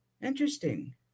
Interesting